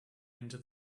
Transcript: into